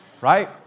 right